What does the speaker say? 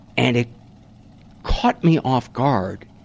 and it caught me off guard,